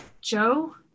joe